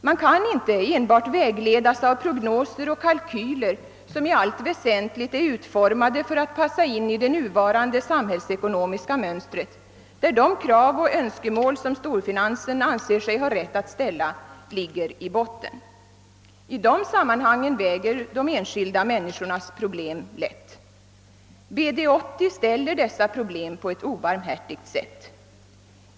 Man kan inte enbart vägledas av prognoser och kalkyler som i allt väsentligt är utformade för att passa in i det nuvarande samhällsekonomiska mönstret, där de krav och önskemål som storfinansen anser sig ha rätt att ställa, ligger i botten. I dessa sammanhang väger de enskilda människornas problem lätt. BD-80 klargör dessa problem på ett obarmhärtigt sätt.